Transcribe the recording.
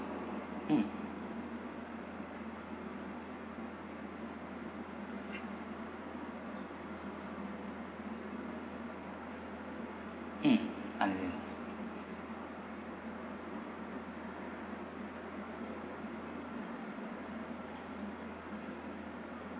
mm mm understand